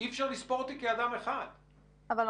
אי אפשר לספור אדם פעם אחת בלבד במשך